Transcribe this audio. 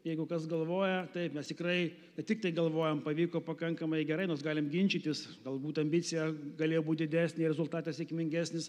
jeigu kas galvoja taip mes tikrai tiktai galvojam pavyko pakankamai gerai nors galim ginčytis galbūt ambicija galėjo būti didesnė rezultatas sėkmingesnis